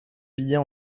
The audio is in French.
billets